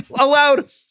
allowed